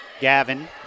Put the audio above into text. Gavin